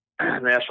National